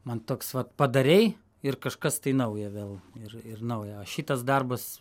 man toks vat padarei ir kažkas tai nauja vėl ir ir nauja o šitas darbas